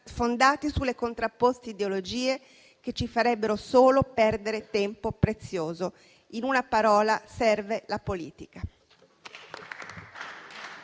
fondati sulle contrapposte ideologie che ci farebbero solo perdere tempo prezioso: in una parola, serve la politica.